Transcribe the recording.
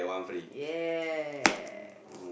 ya